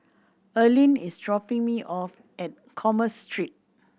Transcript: Erlene is dropping me off at Commerce Street